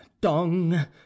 dong